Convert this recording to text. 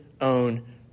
own